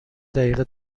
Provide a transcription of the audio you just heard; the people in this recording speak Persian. دقیقه